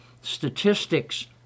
statistics